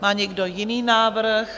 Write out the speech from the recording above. Má někdo jiný návrh?